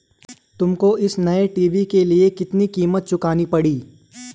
तुमको इस नए टी.वी के लिए कितनी कीमत चुकानी पड़ी?